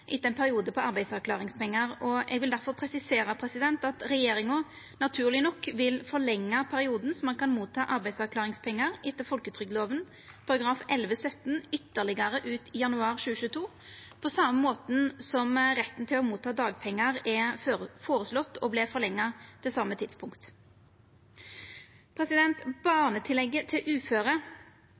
etter ein periode på arbeidsavklaringspengar. Eg vil difor presisera at regjeringa naturleg nok vil forlengja perioden då ein kan få arbeidsavklaringspengar etter folketrygdloven § 11-17, ytterlegare, ut januar 2022, på same måten som retten til å få dagpengar er føreslått forlengd til same tidspunkt. Barnetillegget til uføre